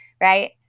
right